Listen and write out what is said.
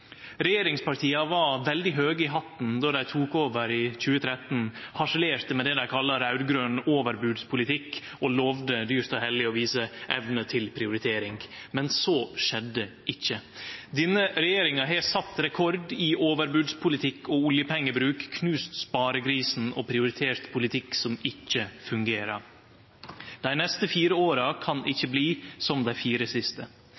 Regjeringspartia var veldig høge i hatten då dei tok over i 2013. Dei harselerte med det dei kalla raud-grøn overbodspolitikk og lovde dyrt og heilag å vise evne til prioritering. Men så skjedde ikkje. Denne regjeringa har sett rekord i overbodspolitikk og oljepengebruk, knust sparegrisen og prioritert politikk som ikkje fungerer. Dei neste fire åra kan ikkje bli som dei fire siste.